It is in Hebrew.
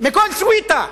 מכל סוויטה.